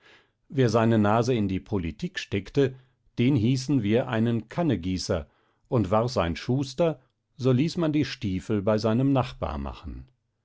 wer seine nase in die politik steckte den hießen wir einen kannegießer und war's ein schuster so ließ man die stiefel bei seinem nachbar machen